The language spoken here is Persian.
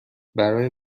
برای